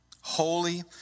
holy